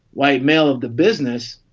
white male of the business,